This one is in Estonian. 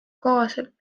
kohaselt